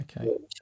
Okay